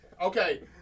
Okay